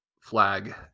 flag